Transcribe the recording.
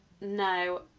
no